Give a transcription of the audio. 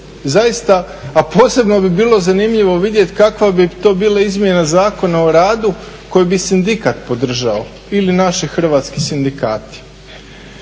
zaista, a posebno bi bilo zanimljivo vidjet kakva bi to bila izmjena Zakona o radu koji bi sindikat podržao ili naši hrvatski sindikati.